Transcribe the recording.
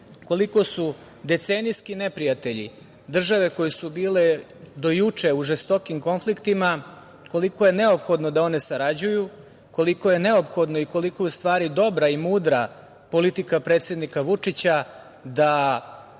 koliko su decenijski neprijatelji države koje su bile do juče u žestokim konfliktima, koliko je neophodno da one sarađuju, koliko je neophodno i koliko je u stvari dobra i mudra politika predsednika Vučića, da